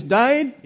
died